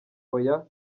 oya